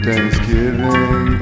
Thanksgiving